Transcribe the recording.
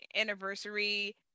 anniversary